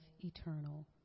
eternal